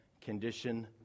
condition